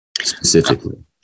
specifically